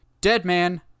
Deadman